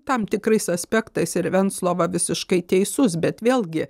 tam tikrais aspektais ir venclova visiškai teisus bet vėlgi